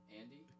Andy